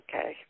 okay